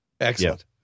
excellent